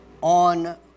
on